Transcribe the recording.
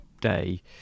day